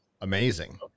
amazing